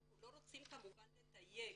אנחנו, כמובן לא רוצים לטייל.